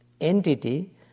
entity